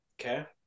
okay